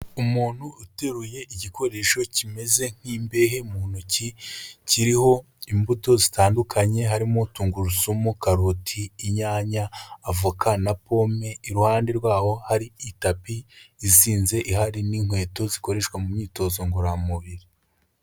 Umuntu uteruye igikoresho kimeze nk'imbehe mu ntoki, kiriho imbuto zitandukanye, harimo tungurusumu, karoti, inyanya, avoka na pome, iruhande rw'aho hari itapi izinze ihari n'inkweto zikoreshwa mu myitozo ngororamubiri.